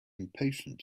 impatient